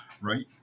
right